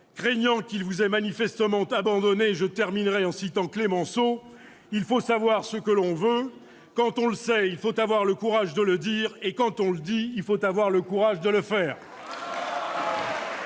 craignant qu'il vous ait manifestement abandonné, je terminerai en citant Clemenceau :« Il faut savoir ce que l'on veut. Quand on le sait, il faut avoir le courage de le dire ; quand on le dit, il faut avoir le courage de le faire.